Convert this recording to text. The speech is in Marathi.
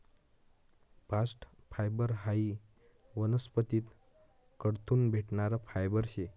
बास्ट फायबर हायी वनस्पतीस कडथून भेटणारं फायबर शे